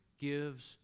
gives